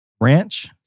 Ranch